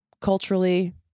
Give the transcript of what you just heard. culturally